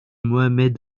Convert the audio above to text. mohamed